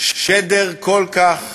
אחרי שהם כל כך